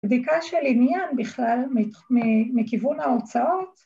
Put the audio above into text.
‫בדיקה של עניין בכלל מכיוון ההוצאות...